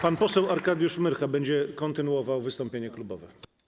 Pan poseł Arkadiusz Myrcha będzie kontynuował wystąpienie klubowe.